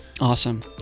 awesome